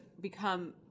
become